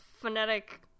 phonetic